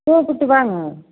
கூப்பிட்டு வாங்க